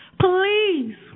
please